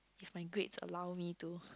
if my grades allow me to